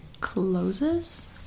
closes